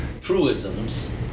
truisms